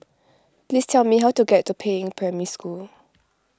please tell me how to get to Peiying Primary School